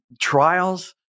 trials